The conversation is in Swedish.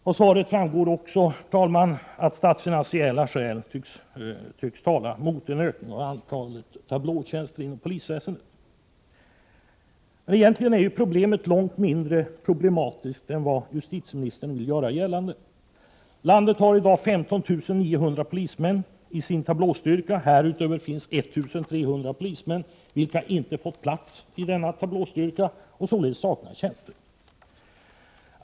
Av svaret framgår också, herr talman, att statsfinansiella skäl tycks tala mot en ökning av antalet tablåtjänster inom polisväsendet. Egentligen är problemet långt mindre än vad justitieministern vill göra gällande. Landet har i dag 15 900 polismän i sin tablåstyrka, och härutöver finns 1 300 polismän, vilka inte fått plats i denna tablåstyrka och således saknar tjänster.